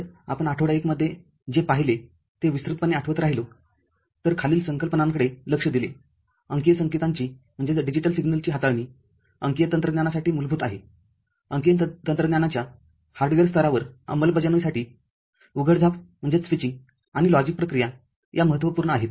जर आपण आठवडा १ मध्ये जे पाहिले ते विस्तृतपणे आठवत राहिलो खालील संकल्पनांकडे लक्ष दिलेअंकीय संकेतांची हाताळणी अंकीय तंत्रज्ञानासाठी मूलभूत आहेअंकीय तंत्रज्ञानाच्या हार्डवेअर स्तरावर अंमलबजावणीसाठी उघडझापआणि लॉजिकप्रक्रिया या महत्त्वपूर्ण आहेत